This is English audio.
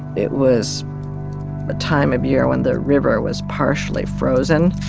it was a time of year when the river was partially frozen.